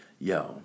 Yo